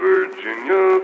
Virginia